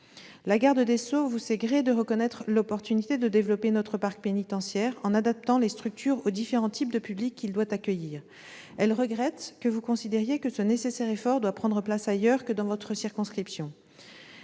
la garde des sceaux vous sait gré de reconnaître l'opportunité de développer notre parc pénitentiaire en adaptant les structures aux différents types de publics qu'il doit accueillir. Elle regrette que vous considériez que ce nécessaire effort doit prendre place ailleurs que dans votre circonscription.